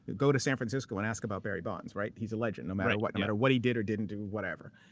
go to san francisco and ask about barry bonds. right? he's a legend, no matter what. no matter what he did or didn't do, whatever.